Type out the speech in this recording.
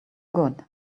good